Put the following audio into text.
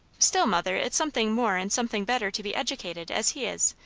still, mother, it's something more and something better to be educated, as he is,